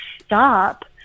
stop